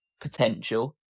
potential